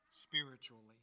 spiritually